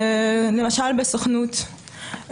למשל בסוכנות,